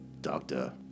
Doctor